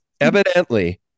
evidently